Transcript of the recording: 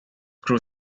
crew